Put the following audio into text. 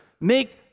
make